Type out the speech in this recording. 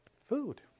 food